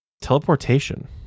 teleportation